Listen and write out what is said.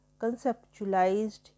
conceptualized